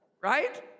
right